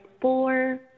four